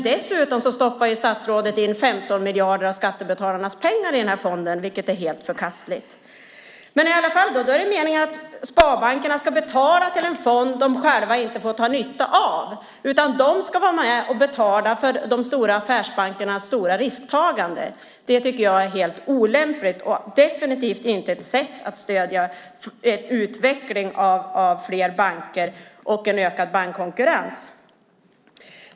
Dessutom stoppar statsrådet in 15 miljarder av skattebetalarnas pengar i fonden, vilket är helt förkastligt. Det är alltså meningen att sparbankerna ska betala till en fond som de inte får dra nytta av. De ska vara med och betala för de stora affärsbankernas risktagande. Det tycker jag är helt olämpligt och definitivt inte ett sätt att stödja utvecklingen av fler banker och ökad bankkonkurrens.